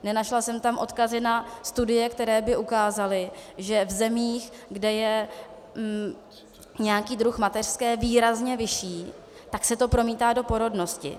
Nenašla jsem tam odkazy na studie, které by ukázaly, že v zemích, kde je nějaký druh mateřské výrazně vyšší, se to promítá do porodnosti.